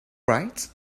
right